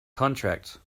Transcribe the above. contract